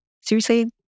seriously-